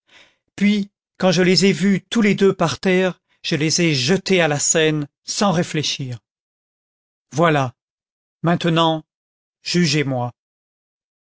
puis quand je les ai vus tous les deux par terre je les ai jetés à la seine sans réfléchir voilà maintenant jugez-moi